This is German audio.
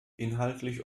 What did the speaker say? inhaltlich